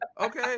okay